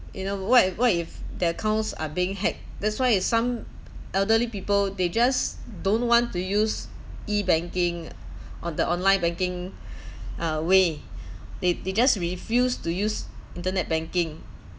you know what if what if their accounts are being hacked that's why some elderly people they just don't want to use e-banking or the online banking uh way they they just refuse to use internet banking